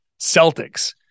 Celtics